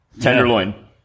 tenderloin